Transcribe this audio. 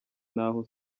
n’aho